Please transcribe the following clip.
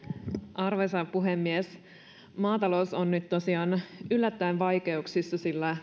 arvoisa puhemies maatalous on nyt tosiaan yllättäen vaikeuksissa sillä